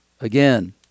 again